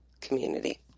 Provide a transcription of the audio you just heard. community